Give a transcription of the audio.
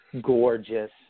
gorgeous